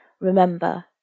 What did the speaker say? remember